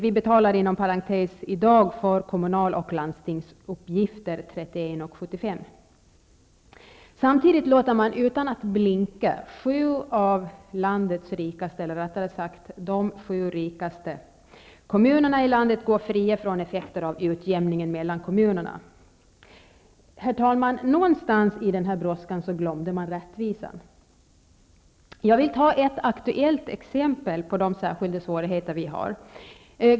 Inom parentes kan jag nämna att vi i dag för kommunal och landstingsuppgifter betalar Samtidigt låter man utan att blinka sju av landets rikaste kommuner eller rättare sagt de sju rikaste kommunerna i landet gå fria från effekter av utjämningen mellan kommunerna. Någonstans i den här brådskan glömde man rättvisan. Herr talman! Jag vill ta ett aktuellt exempel på de särskilda svårigheter vi har.